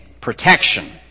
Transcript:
protection